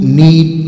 need